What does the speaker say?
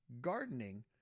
gardening